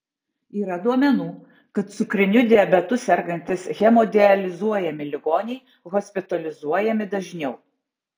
yra duomenų kad cukriniu diabetu sergantys hemodializuojami ligoniai hospitalizuojami dažniau